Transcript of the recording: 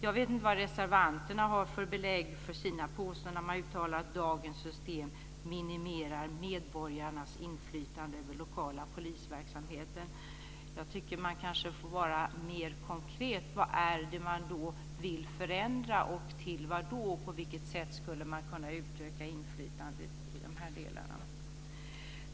Jag vet inte vad reservanterna har för belägg för sina påståenden när de uttalar att dagens system minimerar medborgarnas inflytande över den lokala polisverksamheten. Jag tycket att man kanske får vara mer konkret. Vad är det man vill förändra och till vad, och på vilket sätt skulle man kunna utöka inflytandet i de delarna?